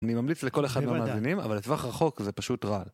אני ממליץ לכל אחד מהמדענים, אבל לטווח רחוק זה פשוט רע.